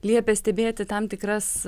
liepė stebėti tam tikras